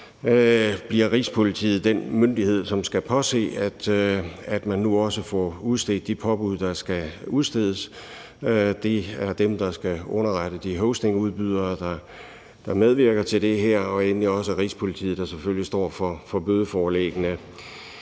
bliver Rigspolitiet den myndighed, som skal påse, at man nu også får udstedt de påbud, der skal udstedes. Det er dem, der skal underrette de hostingudbydere, der medvirker til det her, og endelig er det selvfølgelig også Rigspolitiet, der står for bødeforelæggene.